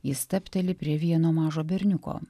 ji stabteli prie vieno mažo berniuko